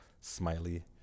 Smiley